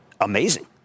Amazing